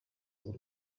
bw’u